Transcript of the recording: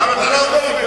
למה אתם צועקים?